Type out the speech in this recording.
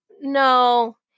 no